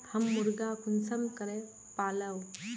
हम मुर्गा कुंसम करे पालव?